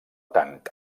tant